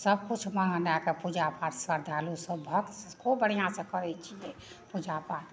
सबकिछु मँगा कऽ पूजापाठ श्रद्धालुसँ भक्त खुब बढ़िआँसँ करैत छियै पूजापाठ